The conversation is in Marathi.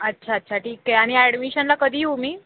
अच्छा अच्छा ठीक आहे आणि ॲडमिशनला कधी येऊ मी